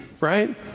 right